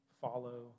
follow